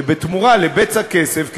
שבתמורה לבצע כסף,